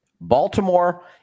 Baltimore